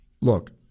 look